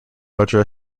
larger